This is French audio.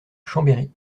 chambéry